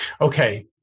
Okay